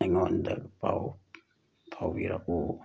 ꯑꯩꯉꯣꯟꯗ ꯄꯥꯎ ꯐꯥꯎꯕꯤꯔꯛꯎ